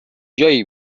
جایی